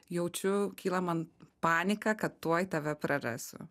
jaučiu kyla man panika kad tuoj tave prarasiu